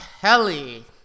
Kelly